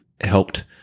helped-